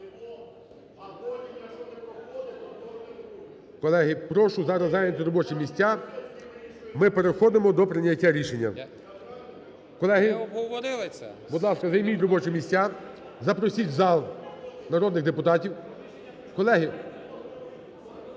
Колеги, прошу зараз зайняти робочі місця, ми переходимо до прийняття рішення. Колеги, будь ласка, займіть робочі місця. Запросіть в зал народних депутатів. Колеги,